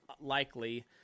likely